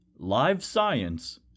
LiveScience